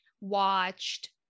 watched